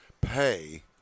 pay